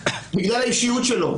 זה ייצור סרבול של הוועדה.